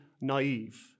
naive